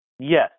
Yes